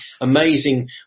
amazing